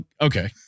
Okay